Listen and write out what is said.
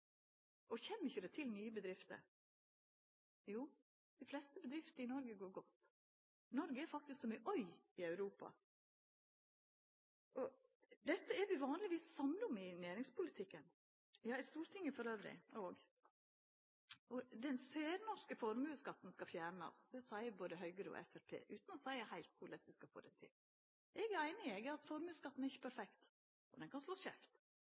Kjem det ikkje til nye bedrifter? Dei fleste bedriftene i Noreg går godt. Noreg er som ei øy i Europa. Dette er vi vanlegvis samde om i næringspolitikken, ja i Stortinget elles òg. Den særnorske formuesskatten skal fjernast, seier både Høgre og Framstegspartiet, utan å seia heilt korleis dei skal få det til. Eg er einig i at formuesskatten ikkje er perfekt, han kan